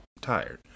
tired